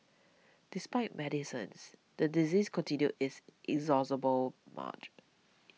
despite medicines the disease continued its inexorable march